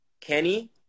Kenny